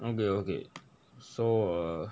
okay okay so err